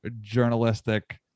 journalistic